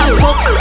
fuck